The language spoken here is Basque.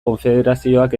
konfederazioak